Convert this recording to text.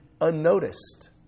unnoticed